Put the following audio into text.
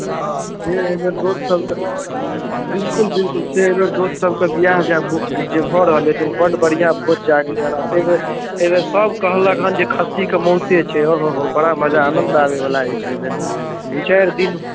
तऽ हँ से एहि बेर दोस्त सभके बिलकुल बिलकुल से एहि बेर दोस्त सभके विवाह जे भऽ रहल अछि जे बड बढ़िआँ भोज जागलै हन आ ताहि मे एहि बेर सभ कहलक हँ जे खस्सी के माॅंसु छै ओहोहो बड़ा मजा आनन्द आबै बला अछि एहि बेर दू चारि दिन